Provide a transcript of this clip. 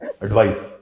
advice